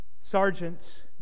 Sergeant